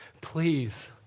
please